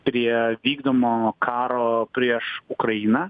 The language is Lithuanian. prie vykdomo karo prieš ukrainą